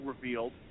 revealed